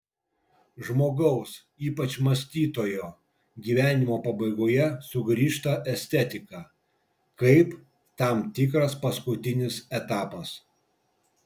žmogaus ypač mąstytojo gyvenimo pabaigoje sugrįžta estetika kaip tam tikras paskutinis etapas